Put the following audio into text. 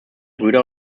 brüder